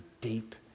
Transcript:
deep